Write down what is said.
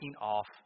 off